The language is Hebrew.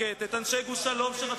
מטורף.